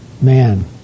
man